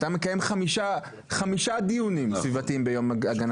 אתה מקיים חמישה דיונים סביבתיים ביום הגנת הסביבה.